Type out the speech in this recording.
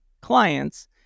clients